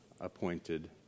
appointed